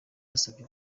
basabye